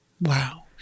Wow